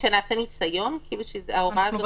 שנעשה ניסיון וההוראה הזאת תהיה לתקופה מוגבלת?